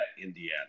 Indiana